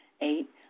Eight